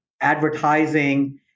advertising